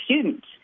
students